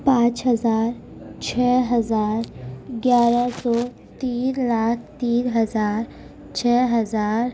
پانچ ہزار چھ ہزار گیارہ سو تین لاکھ تین ہزار چھ ہراز